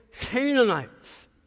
Canaanites